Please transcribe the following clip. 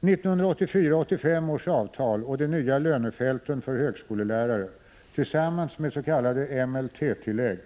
1984—1985 års avtal och de nya lönefälten för högskolelärare, tillsammans med s.k. MLT-tillägg